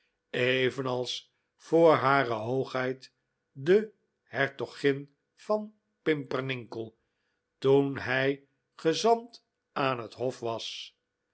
evenals voor hare hoogheid de hertogin van pimpernickel toen hij gezant aan dat hof was